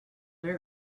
they